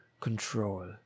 control